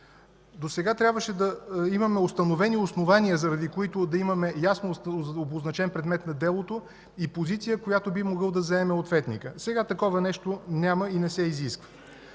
Досега трябваше да имаме установени основания, заради които да имаме ясно обозначен предмет на делото, и позиция, която би могъл да заеме ответникът. Сега такова нещо няма и не се изисква.